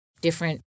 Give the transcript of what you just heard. different